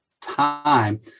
time